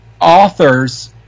authors